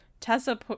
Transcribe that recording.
tessa